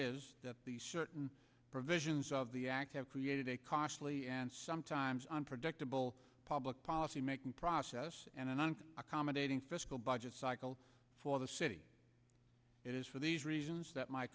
is that these certain provisions of the act have created a costly and sometimes unpredictable public policy making process and an accommodating fiscal budget cycle for the city it is for these reasons